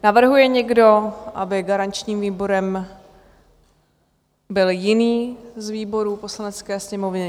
Navrhuje někdo, aby garančním výborem byl jiný z výborů Poslanecké sněmovny?